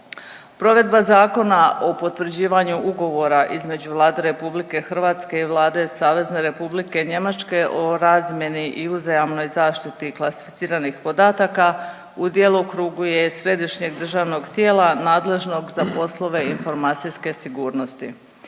Provedba Zakona o potvrđivanju ugovora između Vlade RH i Vlade SR Njemačke o razmjeni i uzajamnoj zaštiti klasificiranih podataka u djelokrugu je Središnjeg državnog tijela nadležnog za poslove informacijske sigurnosti.